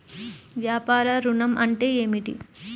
వ్యాపార ఋణం అంటే ఏమిటి?